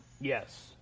yes